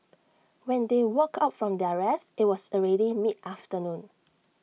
when they woke up from their rest IT was already mid afternoon